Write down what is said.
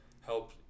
help